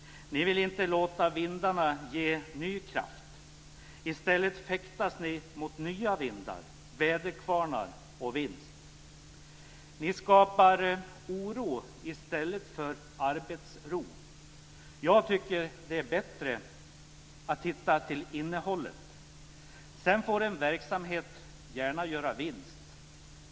Ni vill inte låta vindarna ge ny kraft. I stället fäktas ni mot nya vindar, väderkvarnar och vinst. Ni skapar oro i stället för arbetsro. Jag tycker att det är bättre att titta till innehållet. Sedan får en verksamhet gärna göra vinst.